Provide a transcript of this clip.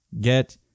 Get